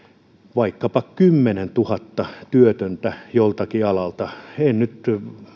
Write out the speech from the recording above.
vaikkapa kymmenentuhatta työtöntä joltakin alalta en nyt